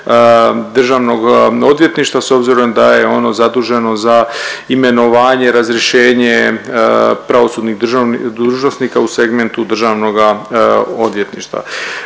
državnog odvjetništva s obzirom da je ono zaduženo za imenovanje, razrješenje pravosudnih dužnosnika u segmentu državnoga odvjetništva.